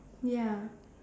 ya